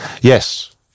Yes